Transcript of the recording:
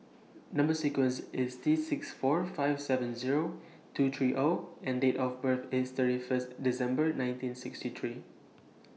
Number sequence IS T six four five seven Zero two three O and Date of birth IS thirty First December nineteen sixty three